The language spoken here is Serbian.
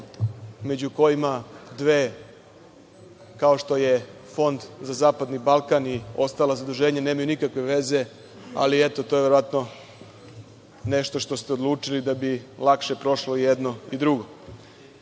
među kojima dve kao što je Fond za zapadni Balkan i ostala zaduženja nemaju nikakve veze, ali eto to je verovatno nešto što ste odlučili, da bi lakše prošlo jedno i drugo. Što